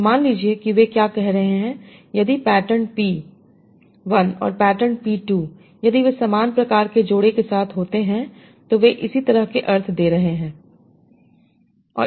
तो मान लीजिए कि वे क्या कह रहे हैं यदि पैटर्न P1 और पैटर्न P2 यदि वे समान प्रकार के जोड़े के साथ होते हैं तो वे इसी तरह के अर्थ दे रहे हैं